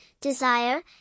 desire